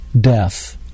death